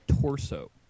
torso